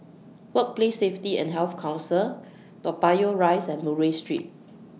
Workplace Safety and Health Council Toa Payoh Rise and Murray Street